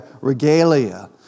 regalia